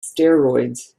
steroids